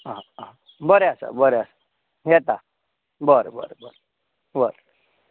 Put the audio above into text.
आं आं बरें आसा बरें आसा येता बरें बरें बरें बरें